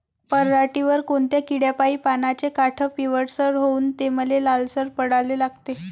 पऱ्हाटीवर कोनत्या किड्यापाई पानाचे काठं पिवळसर होऊन ते लालसर पडाले लागते?